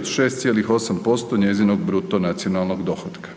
od 6,8% njezinog bruto nacionalnog dohotka.